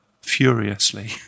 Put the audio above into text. furiously